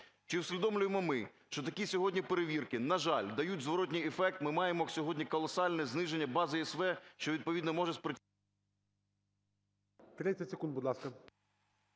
Чи усвідомлюємо ми, що такі сьогодні перевірки, на жаль, дають зворотний ефект. Ми маємо сьогодні колосальне зниження бази ЄСВ, що відповідно може…